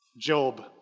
Job